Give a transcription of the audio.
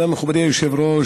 תודה, מכובדי היושב-ראש.